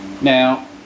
Now